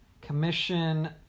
commission